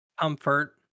Comfort